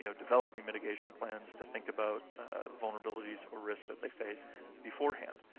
you know developing mitigation plans to think about vulnerabilities or risks that they face beforehand.